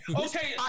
Okay